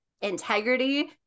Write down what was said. integrity